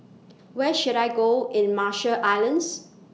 Where should I Go in Marshall Islands